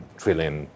trillion